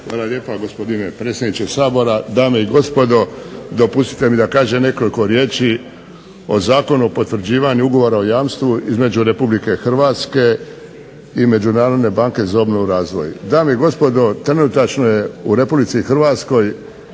Hvala lijepa gospodine predsjedniče Sabora, dame i gospodo dopustite mi da kažem nekoliko riječi o Zakonu o potvrđivanju Ugovora o jamstvu između Republike Hrvatske i Međunarodne banke za obnovu i razvoj. Dame i gospodo trenutačno je u RH jedna velika